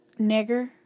nigger